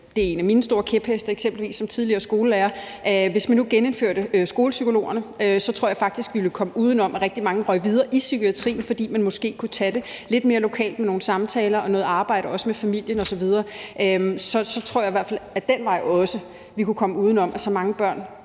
En af mine store kæpheste som tidligere skolelærer er eksempelvis, at hvis man nu genindførte skolepsykologerne, tror jeg faktisk, vi ville komme uden om, at rigtig mange røg videre i psykiatrien, fordi man måske kunne tage det lidt mere lokalt med nogle samtaler og noget arbejde også med familien osv. Så tror jeg i hvert fald, at vi også ad den vej kunne komme uden om, at så mange børn